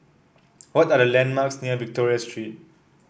what are the landmarks near Victoria Street